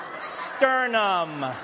Sternum